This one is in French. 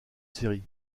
série